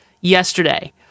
yesterday